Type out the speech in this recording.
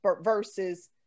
versus